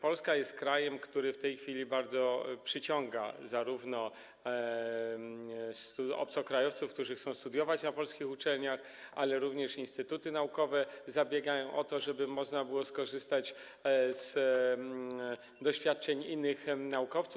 Polska jest krajem, który w tej chwili bardzo przyciąga obcokrajowców, którzy chcą studiować na polskich uczelniach, ale również instytuty naukowe zabiegają o to, żeby można było skorzystać z doświadczeń innych naukowców.